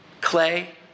Clay